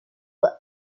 were